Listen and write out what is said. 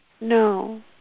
No